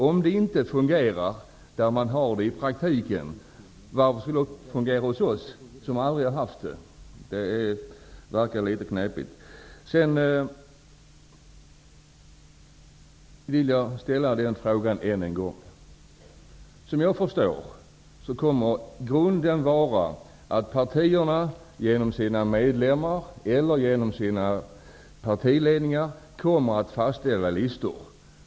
Om systemet inte fungerar i länder som i praktiken har systemet, varför skulle det fungera hos oss i Sverige, vi som aldrig haft det? Det verkar litet knepigt. Såvitt jag förstår, kommer grundprincipen att vara att partierna genom sina medlemmar eller genom sina partiledningar kommer att fastställa listor.